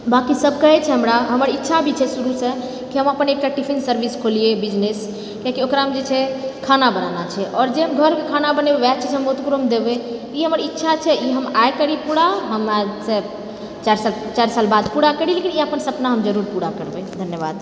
बाँकि सब कहैत छै हमरा हमर इच्छा भी छै शुरुसँ कि हम अपन एकटा टिफिन सर्विस खोलिए बिजनेस कीआकि ओकरामे जेछै खाना बनाना छै आओर जे हम घरके खाना बनेबे ओएह चीज हम ओकरोमे देबै ई हमर इच्छा छै ई हम आइ करि पूरा हमरासँ चारि साल चारि साल बाद पूरा करि लेकिन ई अपन सपना हम जरूर पूरा करबै धन्यवाद